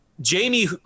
jamie